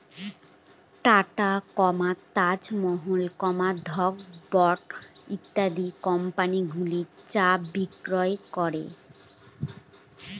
tata, Taj Mahal, Brooke Bond ইত্যাদি company গুলো চা বিক্রি করে